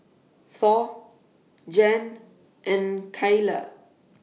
Thor Jann and Cayla